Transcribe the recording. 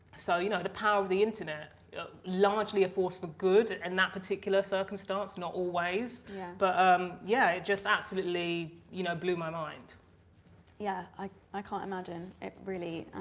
so, you know the power of the internet largely a force for good and that particular circumstance not always but um yeah, it just absolutely, you know, blew my mind yeah, i i can't imagine it really